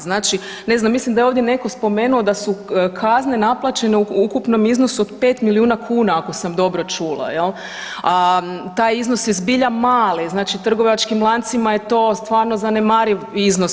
Znači ne znam, mislim da je ovdje netko spomenuo da su kazne naplaćene u ukupnom iznosu o 5 milijuna kuna ako sam dobro čula, jel, a taj iznos je zbilja mali, znači trgovačkim lancima je to stvarno zanemariv iznos.